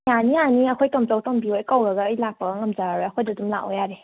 ꯌꯥꯅꯤ ꯌꯥꯅꯤ ꯑꯩꯈꯣꯏ ꯇꯣꯝꯆꯧ ꯇꯣꯝꯕꯤ ꯍꯣꯏ ꯀꯧꯔꯒ ꯑꯩ ꯂꯥꯛꯄꯒ ꯉꯝꯖꯔꯔꯣꯏ ꯑꯩꯈꯣꯏꯗ ꯑꯗꯨꯝ ꯂꯥꯛꯑꯦ ꯌꯥꯔꯦ